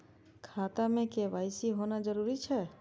खाता में के.वाई.सी होना जरूरी छै?